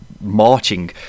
marching